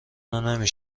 نمی